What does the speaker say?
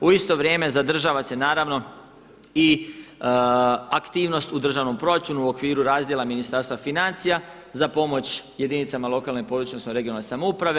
U isto vrijeme zadržava se naravno i aktivnost u državnom proračunu u okviru razdjela Ministarstva financija za pomoć jedinicama lokalne i područne odnosno regionalne samouprave.